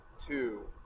two